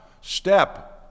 step